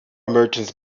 merchants